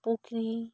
ᱯᱩᱠᱷᱨᱤ